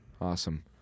Awesome